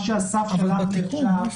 מה שאסף שלח לי.